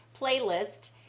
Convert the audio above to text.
playlist